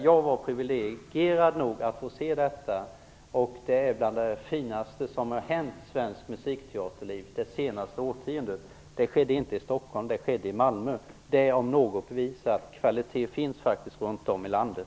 Jag var privilegierad nog att få se detta. Det är bland det finaste som har hänt svenskt musikteaterliv under det senaste årtiondet. Det skedde inte i Stockholm utan i Malmö. Det om något visar att det finns kvalitet runt om i landet.